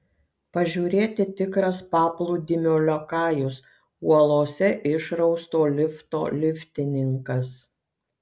pažiūrėti tikras paplūdimio liokajus uolose išrausto lifto liftininkas